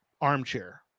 armchair